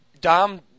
Dom